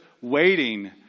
waiting